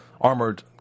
armored